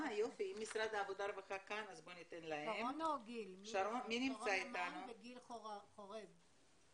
שרונה מן וגיל חורב.